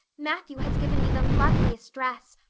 matthew has given me the loveliest dress,